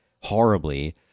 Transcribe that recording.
horribly